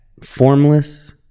Formless